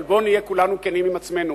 אבל בואו נהיה כולנו כנים עם עצמנו.